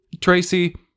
Tracy